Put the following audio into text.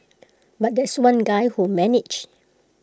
but there's one guy who managed